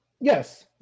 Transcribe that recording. Yes